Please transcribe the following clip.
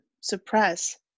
suppress